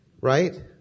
Right